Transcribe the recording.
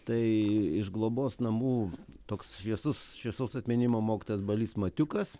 tai iš globos namų toks šviesus šviesaus atminimo mokytojas balys matiukas